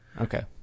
okay